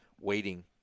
waiting